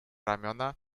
ramiona